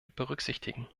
berücksichtigen